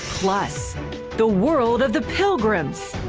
plus the world of the pilgrim.